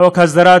חוק הסדרת